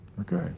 Okay